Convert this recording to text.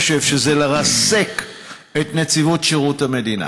חושב שזה לרסק את נציבות שירות המדינה.